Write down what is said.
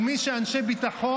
של מי שהם אנשי ביטחון,